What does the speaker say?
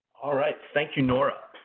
all right. thank you, nora.